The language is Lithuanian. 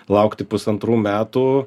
laukti pusantrų metų